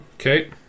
Okay